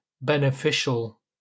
beneficial